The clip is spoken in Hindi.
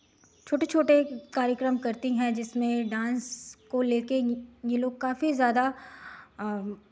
छोटे छोटे कार्यक्रम करती हैं जिसमें डांस को ले के ये लोग काफ़ी ज़्यादा